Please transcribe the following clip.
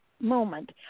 moment